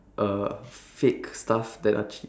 uh fake stuff that are cheap